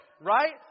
right